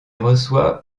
reçoit